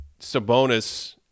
Sabonis